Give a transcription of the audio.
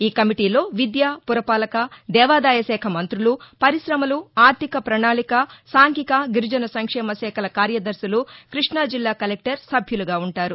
ఈ కమిటీలో విద్య పురపాలక దేవాదాయ శాఖ మంతులు పరిశమలు ఆర్దిక ప్రణాళిక సాంఘిక గిరిజన సంక్షేమ శాఖల కార్యదర్శులు కృష్ణా జిల్లా కలెక్టర్ సభ్యులుగా ఉంటారు